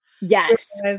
yes